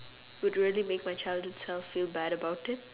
would really make my childhood self feel bad about it